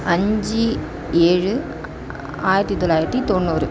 அஞ்சு ஏழு ஆயிரத்தி தொள்ளாயிரத்தி தொண்ணூறு